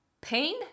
pain